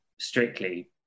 strictly